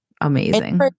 Amazing